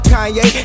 Kanye